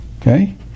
okay